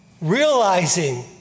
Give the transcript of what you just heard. Realizing